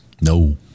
no